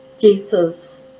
Jesus